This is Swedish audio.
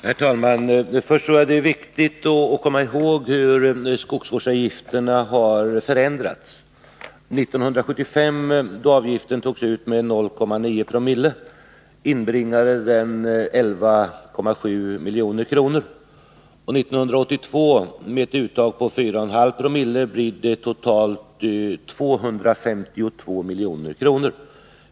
Herr talman! Först tror jag att det är viktigt att komma ihåg hur skogsvårdsavgifterna har förändrats. År 1975 då avgiften togs ut med 0,9 Ico inbringade den 11,7 milj.kr., och år 1982 blir det med ett uttag på 4,5 co totalt 252 milj.kr.